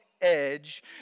edge